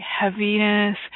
heaviness